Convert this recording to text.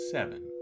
Seven